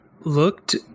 looked